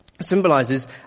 symbolizes